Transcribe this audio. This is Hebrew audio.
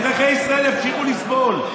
אזרחי ישראל ימשיכו לסבול.